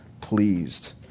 pleased